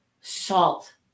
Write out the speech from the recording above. salt